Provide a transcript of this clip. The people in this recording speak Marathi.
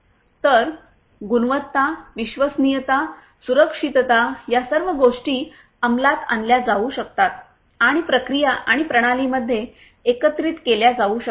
तर गुणवत्ता विश्वसनीयता सुरक्षितता या सर्व गोष्टी अंमलात आणल्या जाऊ शकतात आणि प्रक्रिया आणि प्रणालीमध्ये एकत्रित केल्या जाऊ शकतात